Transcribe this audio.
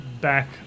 back